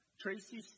Tracy